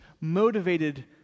motivated